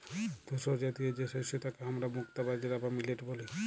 ধূসরজাতীয় যে শস্য তাকে হামরা মুক্তা বাজরা বা মিলেট ব্যলি